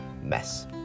mess